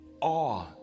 awe